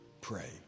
pray